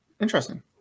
Interesting